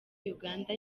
uganda